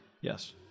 Yes